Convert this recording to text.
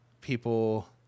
people